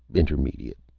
intermediate,